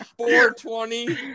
420